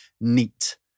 neat